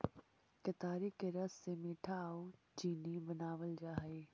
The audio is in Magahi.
केतारी के रस से मीठा आउ चीनी बनाबल जा हई